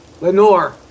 Lenore